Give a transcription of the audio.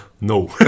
no